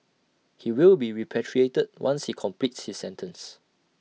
he will be repatriated once he completes his sentence